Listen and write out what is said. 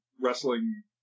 wrestling